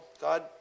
God